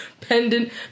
pendant